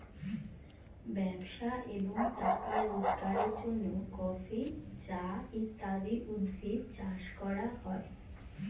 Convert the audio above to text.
ব্যবসা এবং টাকা রোজগারের জন্য কফি, চা ইত্যাদি উদ্ভিদ চাষ করা হয়